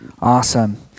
Awesome